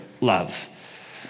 love